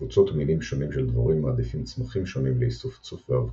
קבוצות ומינים שונים של דבורים מעדיפים צמחים שונים לאיסוף צוף ואבקה.